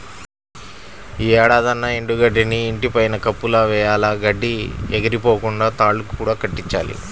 యీ ఏడాదన్నా ఎండు గడ్డిని ఇంటి పైన కప్పులా వెయ్యాల, గడ్డి ఎగిరిపోకుండా తాళ్ళు కూడా కట్టించాలి